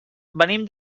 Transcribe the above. venim